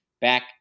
back